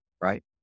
right